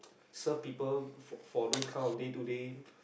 serve people for for those kind of day to day